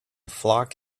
flock